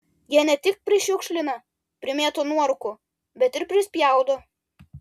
jie ne tik prišiukšlina primėto nuorūkų bet ir prispjaudo